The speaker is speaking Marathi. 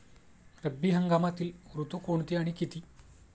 रब्बी हंगामातील ऋतू कोणते आणि किती?